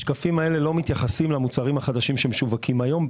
השקפים האלה לא מתייחסים למוצרים החדשים שמשווקים היום.